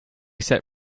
set